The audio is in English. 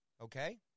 okay